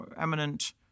eminent